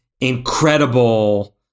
incredible